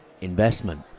investment